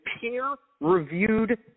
peer-reviewed